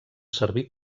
servir